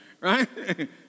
Right